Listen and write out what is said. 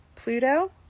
Pluto